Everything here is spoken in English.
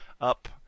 up